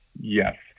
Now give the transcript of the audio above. Yes